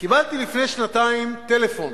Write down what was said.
קיבלתי לפני שנתיים טלפון